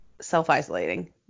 self-isolating